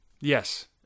yes